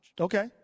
Okay